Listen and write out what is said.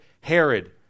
Herod